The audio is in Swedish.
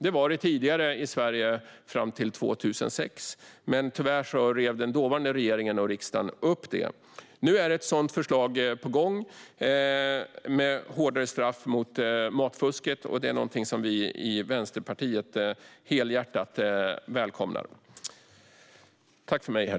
Så var det tidigare i Sverige, fram till 2006, men tyvärr rev den dåvarande regeringen och riksdagen upp det. Nu är ett förslag med hårdare straff för matfusk på gång, och det är något som vi i Vänsterpartiet helhjärtat välkomnar.